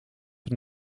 een